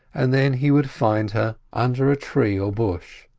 and then he would find her under a tree or bush,